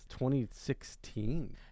2016